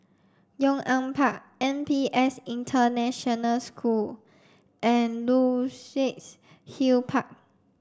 Yong An Park N P S International School and Luxus Hill Park